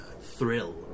thrill